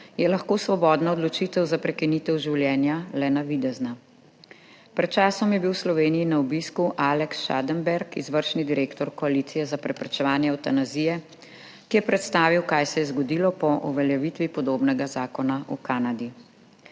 je lahko svobodna odločitev za prekinitev življenja le navidezna. Pred časom je bil v Sloveniji na obisku Alex Schadenberg, izvršni direktor koalicije za preprečevanje evtanazije, ki je predstavil, kaj se je zgodilo po uveljavitvi podobnega zakona v Kanadi.